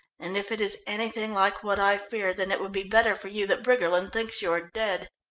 and if it is anything like what i fear, then it would be better for you that briggerland thinks you are dead.